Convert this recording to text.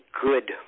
good